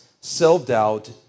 self-doubt